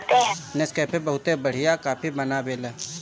Nescafe बहुते बढ़िया coffee बनावेला